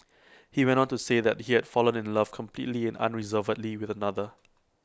he went on to say that he had fallen in love completely and unreservedly with another